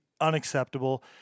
unacceptable